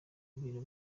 ibintu